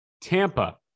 Tampa